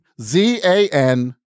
Z-A-N